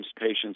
patients